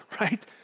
right